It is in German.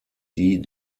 die